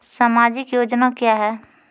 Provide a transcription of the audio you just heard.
समाजिक योजना क्या हैं?